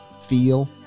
feel